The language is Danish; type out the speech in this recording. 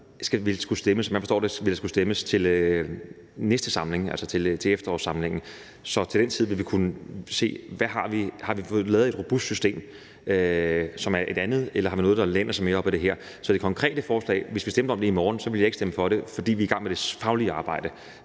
Som jeg forstår det, vil der skulle stemmes til næste samling, altså til efterårssamlingen, så til den tid vil vi kunne se, om vi har fået lavet et robust system, som er et andet, eller om vi har noget, der læner sig mere op ad det her. Så hvis vi stemte om det konkrete forslag i morgen, ville jeg ikke stemme for det, fordi vi er i gang med det faglige arbejde.